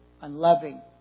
Unloving